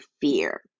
fear